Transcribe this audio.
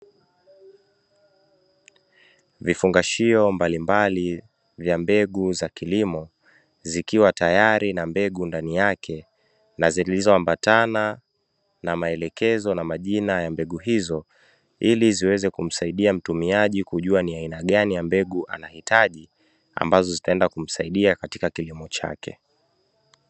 Vifungashio mbali mbali vya mbegu za kilimo zikiwa tayari na mbegu ndani yake na zilizoambatana na maelekezo na majina ya mbegu hizo, ili ziweze kumsaidia mtumiaji kujua ni aina gani ya mbegu anahitaji ambazo zitaenda kumsaidia katika kilimo chake.